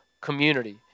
community